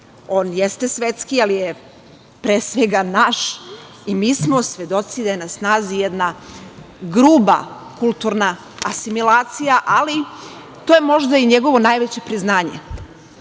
on jeste svetski ali je pre svega naš i mi smo svedoci da je na snazi jedna grupa kulturna asimilacija, ali to je možda i njegovo najveće priznanje,